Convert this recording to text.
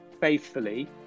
faithfully